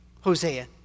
Hosea